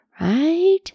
Right